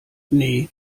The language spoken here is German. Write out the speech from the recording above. nee